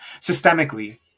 systemically